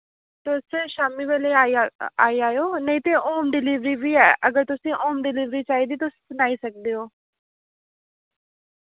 तुस शाम्मी बेल्लै आई अ आई जायो नेईं ते होम डिलीवरी बी ऐ अगर तुसें होम डिलीवरी चाहिदी तुस सनाई सकदे ओ